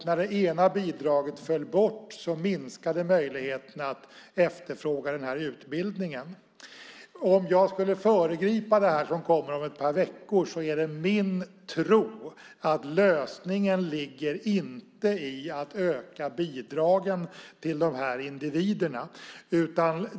När det ena bidraget föll bort minskade möjligheterna att efterfråga den här utbildningen. Om jag skulle föregripa det som kommer om ett par veckor är det min tro att lösningen inte ligger i att öka bidragen till de här individerna.